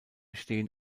stehen